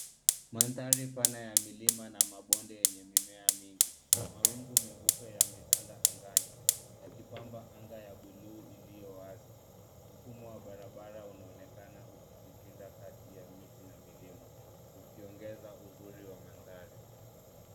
Mandhari pana ya milima na mabonde yenye mimea mingi. Mawingu meupe yametanda angani yakipamba anga ya buluu iliyo wazi. Mfumo wa barabara unaonekana ukijipinda kati ya miti na milima ukiongeza uzuri wa mandhari.